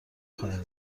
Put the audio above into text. خواهیم